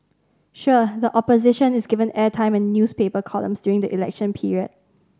sure the Opposition is given airtime and newspaper columns during the election period